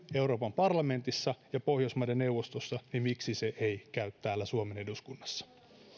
euroopan parlamentissa ja pohjoismaiden neuvostossa niin miksi se ei käy täällä suomen eduskunnassa